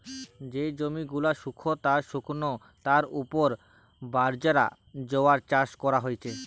যে জমি গুলা শুস্ক আর শুকনো তার উপর বাজরা, জোয়ার চাষ কোরা হচ্ছে